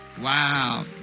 Wow